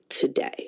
today